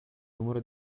numero